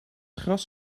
gras